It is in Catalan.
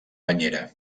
banyera